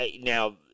Now